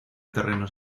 terrenos